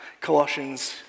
Colossians